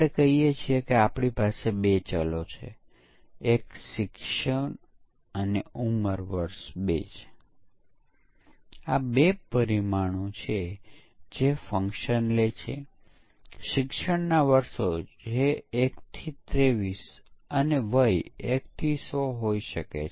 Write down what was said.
આપણે કહી રહ્યા છે કે અહી યુનિટ પરીક્ષણ થાય છે પરીક્ષણ પ્રથમ સ્તર અને એક યુનિટ એક કાર્ય મોડ્યુલ અથવા ઘટક હોઇ શકે છે